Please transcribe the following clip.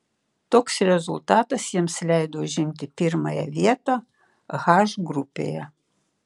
toks rezultatas jiems leido užimti pirmąją vietą h grupėje